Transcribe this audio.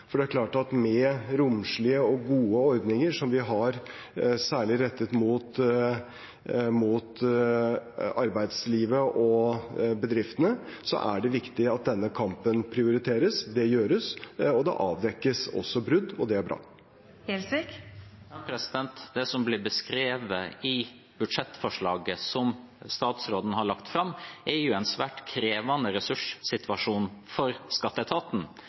for det er klart at med romslige og gode ordninger som vi har særlig rettet mot arbeidslivet og bedriftene, er det viktig at denne kampen prioriteres. Det gjøres, og det avdekkes også brudd, og det er bra. Det som blir beskrevet i budsjettforslaget som statsråden har lagt fram, er en svært krevende ressurssituasjon for skatteetaten.